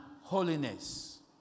holiness